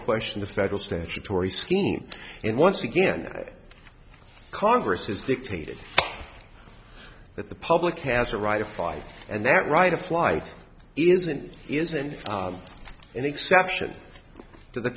question the federal statutory scheme and once again congress has dictated that the public has a right to fight and that right why isn't isn't an exception to the